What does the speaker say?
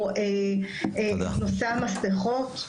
והטילו חובת מסכות?